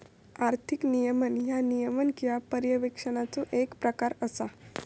आर्थिक नियमन ह्या नियमन किंवा पर्यवेक्षणाचो येक प्रकार असा